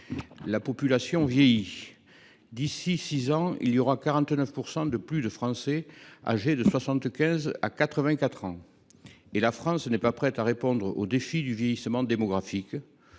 population vieillit. D’ici six ans, il y aura 49 % de Français âgés de 75 à 84 ans. Or la France n’est pas prête à répondre aux défis du vieillissement démographique.